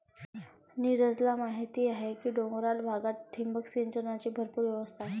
नीरजला माहीत आहे की डोंगराळ भागात ठिबक सिंचनाची भरपूर व्यवस्था आहे